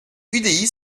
udi